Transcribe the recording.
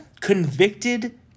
Convicted